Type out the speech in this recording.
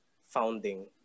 founding